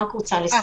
במערכת.